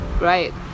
right